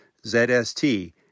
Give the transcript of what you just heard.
ZST